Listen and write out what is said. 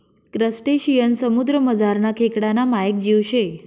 crustacean समुद्रमझारना खेकडाना मायेक जीव शे